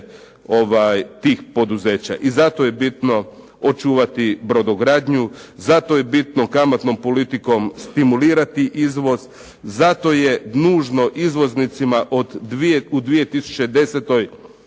tih poduzeća. I zato je bitno očuvati brodogradnju, zato je bitno kamatnom politikom stimulirati izvoz, zato je nužno izvoznicima u 2010.